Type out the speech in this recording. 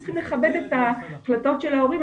צריכים לכבד את ההחלטות של ההורים,